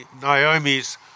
Naomi's